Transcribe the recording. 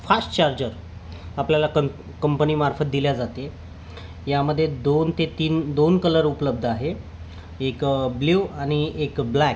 fast charger आपल्याला कं कंपनीमार्फत दिले जाते यामध्ये दोन ते तीन दोन कलर उपलब्ध आहे एक ब्ल्यू आणि एक ब्लॅक